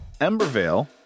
Embervale